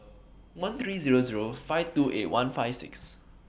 one three Zero Zero five two eight one five six